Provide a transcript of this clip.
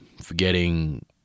forgetting